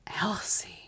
Elsie